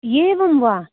एवं वा